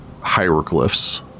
hieroglyphs